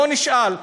בוא נשאל,